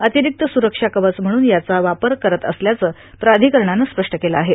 अतिरिक्त स्रुरक्षा कवच म्हणून यांचा वापर करत असल्याचं प्राधिकरणानं स्पष्ट केलं आहे